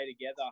together